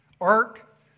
ark